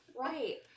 Right